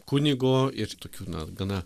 kunigo ir tokių na gana